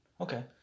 Okay